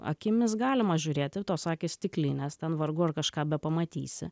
akimis galima žiūrėti tos akys stiklinės ten vargu ar kažką pamatysi